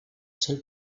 seul